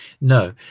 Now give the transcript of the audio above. No